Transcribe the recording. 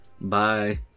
Bye